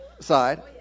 side